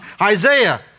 Isaiah